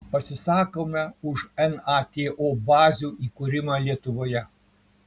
pasisakome už nato bazių įkūrimą lietuvoje